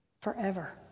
Forever